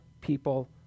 people